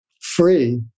free